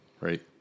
right